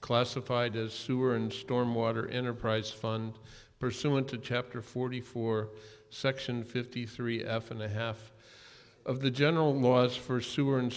classified as sewer and storm water enterprise fund pursuant to chapter forty four section fifty three f and a half of the general laws for sewer and